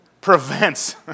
prevents